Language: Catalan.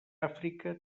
àfrica